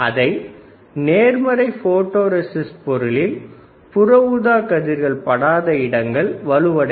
அதே நேர்மறை photo resist பொருளில் புற ஊதாக்கதிர்கள் படாத இடங்கள் வலுவடையும்